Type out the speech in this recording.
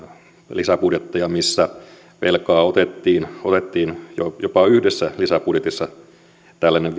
lisäbudjetteja missä velkaa otettiin otettiin jopa yhdessä lisäbudjetissa tällainen